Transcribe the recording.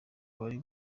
wari